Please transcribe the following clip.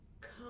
come